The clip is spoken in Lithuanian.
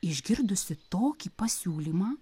išgirdusi tokį pasiūlymą